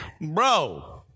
Bro